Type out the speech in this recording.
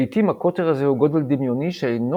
לעיתים הקוטר הזה הוא גודל דמיוני שאינו